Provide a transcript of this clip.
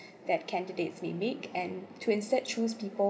that candidates may make and to instead choose people